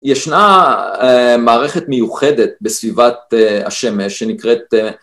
ישנה מערכת מיוחדת בסביבת השמש שנקראת